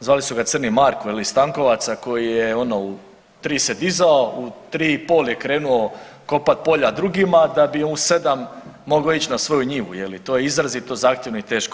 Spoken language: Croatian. zvali su ga Crni Marko iz Stankovaca koji je ono u 3 se dizao u 3 i pol je krenuo kopat polja drugima da bi u 7 mogao ić na svoju njivu je li, to je izrazito zahtjevno i teško.